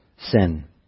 sin